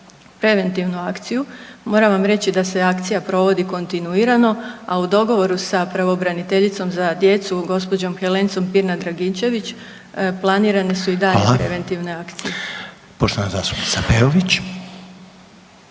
preventivnu akciju, moramo vam reći da se akcija provodi kontinuirano, a u dogovoru sa pravobraniteljicom za djecu gđom. Helencom Pirnat Dragičević planirani su i dalje preventivne akcije. **Reiner,